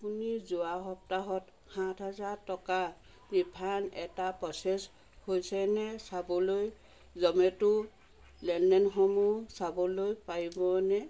আপুনি যোৱা সপ্তাহত সাত হাজাৰ টকা ৰিফাণ্ড এটা প্ৰ'চেছ হৈছেনে চাবলৈ জমেট' লেনদেনসমূহ চাবলৈ পাৰিবনে